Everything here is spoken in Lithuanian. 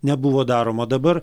nebuvo daroma dabar